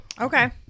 Okay